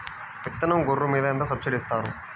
విత్తనం గొర్రు మీద ఎంత సబ్సిడీ ఇస్తారు?